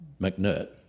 McNutt